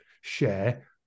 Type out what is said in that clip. share